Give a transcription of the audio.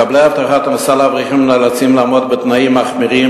מקבלי הבטחת הכנסה חרדים נאלצים לעמוד בתנאים מחמירים,